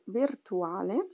virtuale